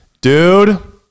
Dude